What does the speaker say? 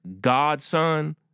godson